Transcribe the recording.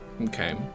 Okay